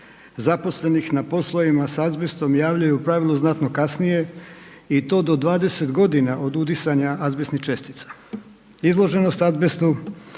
zaposlenih na poslovima sa azbestom javljaju u pravilu znatno kasnije i to od 20 godina od udisanja azbestnih čestica. Izloženost azbestu